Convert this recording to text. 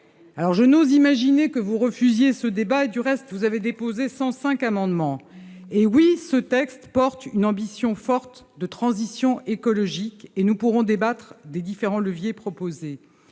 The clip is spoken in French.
Je n'ose imaginer que vous refusiez ce débat. Au reste, vous avez déposé 105 amendements ... Eh oui, ce texte porte une ambition forte pour la transition écologique, et nous pourrons débattre des différents leviers proposés